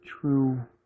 true